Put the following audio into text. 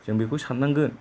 जों बेखौ साननांगोन